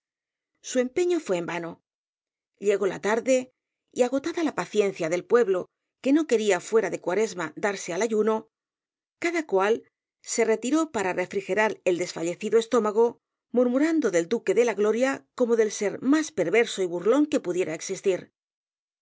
su empeño fué en vano llegó la tarde y agotada rosalía de castro la paciencia del pueblo que no quería fuera de cuaresma darse al ayuno cada cual se retiró para refrigerar el desfallecido estómago murmurando del duque de la gloria como del ser más perverso y burlón que pudiera existir